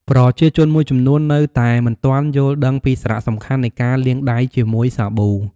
ប្រជាជនមួយចំនួននៅតែមិនទាន់យល់ដឹងពីសារៈសំខាន់នៃការលាងដៃជាមួយសាប៊ូ។